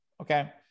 okay